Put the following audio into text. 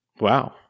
wow